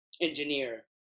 engineer